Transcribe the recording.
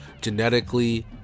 genetically